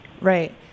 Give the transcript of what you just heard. Right